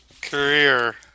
career